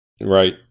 Right